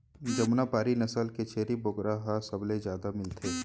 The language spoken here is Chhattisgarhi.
जमुना पारी नसल के छेरी बोकरा ह सबले जादा मिलथे